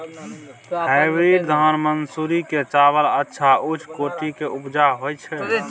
Hybrid धान मानसुरी के चावल अच्छा उच्च कोटि के उपजा होय छै?